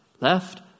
left